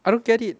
I don't get it